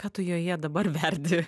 ką tu joje dabar verdi